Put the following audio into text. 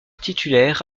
titulaire